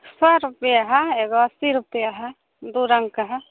सौ रुपैए हइ एगो अस्सी रुपैए हइ दुइ रङ्गके हइ